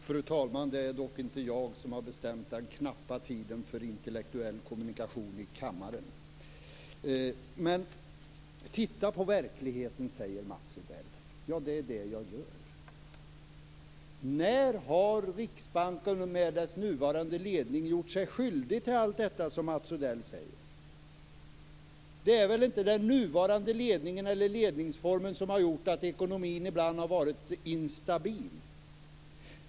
Fru talman! Det är dock inte jag som har bestämt den knappa tiden för intellektuell kommunikation i kammaren. Titta på verkligheten! säger Mats Odell. Det är det jag gör. När har Riksbanken och dess nuvarande ledning gjort sig skyldig till allt detta som Mats Odell säger? Det är väl inte den nuvarande ledningen eller ledningsformen som har gjort att ekonomin ibland har varit instabil?